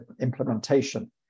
implementation